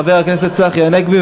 חבר הכנסת צחי הנגבי,